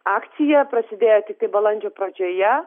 akcija prasidėjo tiktai balandžio pradžioje